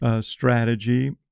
strategy